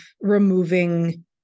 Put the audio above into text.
removing